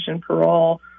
parole